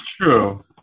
true